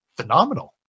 phenomenal